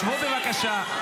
שבו בבקשה.